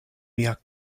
mia